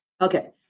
Okay